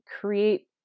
create